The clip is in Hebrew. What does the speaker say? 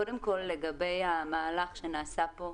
לגבי המהלך שנעשה כאן.